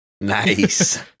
Nice